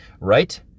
right